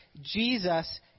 Jesus